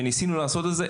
וניסינו לעשות את זה,